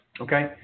Okay